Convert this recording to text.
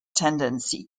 tendency